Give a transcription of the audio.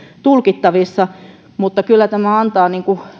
tulkittavissa mutta kyllä tämä antaa